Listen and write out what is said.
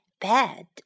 bed